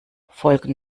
folgen